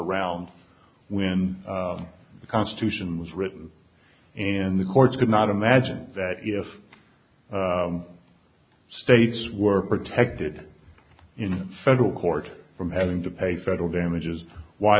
around when the constitution was written and the courts could not imagine that if states were protected in federal court from having to pay federal damages why